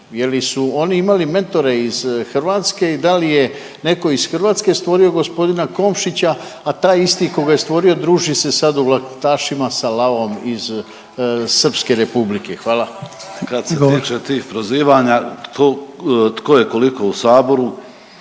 su imali mentore iz Hrvatske i da li je netko iz Hrvatske stvorio gospodina Komšića, a taj isti ko ga je stvorio druži se sad u Laktišima sa Lavovom iz Srpske Republike. Hvala. **Barbarić, Nevenko (HDZ)** Kad se tiče tih prozivanja tko je koliko u saboru,